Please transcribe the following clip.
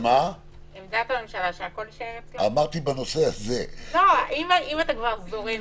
אם אתה כבר זורם